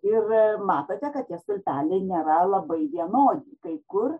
ir matote kad tie stulpeliai nėra labai vienodi kai kur